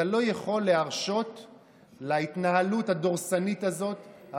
שאתה לא יכול להרשות להתנהלות הדורסנית הזאת,